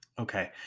Okay